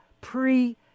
pre